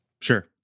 sure